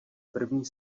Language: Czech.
první